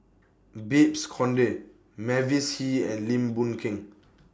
Babes Conde Mavis Hee and Lim Boon Keng